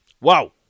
Wow